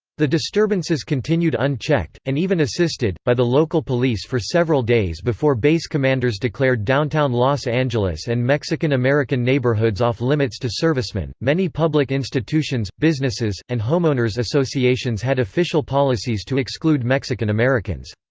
the disturbances continued unchecked, and even assisted, by the local police for several days before base commanders declared downtown los angeles and mexican american neighborhoods off-limits to servicemen many public institutions, businesses, and homeowners associations had official policies to exclude mexican americans.